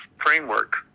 framework